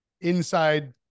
inside